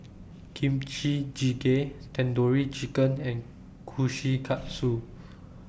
Kimchi Jjigae Tandoori Chicken and Kushikatsu